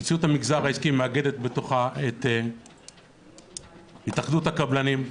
נשיאות המגזר העסקי מאחדת בתוכה את התאחדות הקבלנים,